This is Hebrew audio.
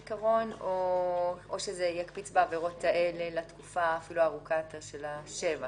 או שזה יקפיץ בעבירות האלו לתקופה ארוכה יותר - שבע,